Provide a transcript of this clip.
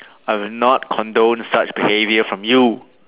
I will not condone such behaviour from you